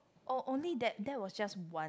oh only that that was just one